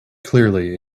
clearly